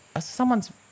someone's